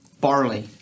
barley